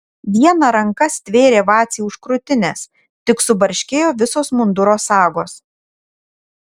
viena ranka stvėrė vacį už krūtinės tik subarškėjo visos munduro sagos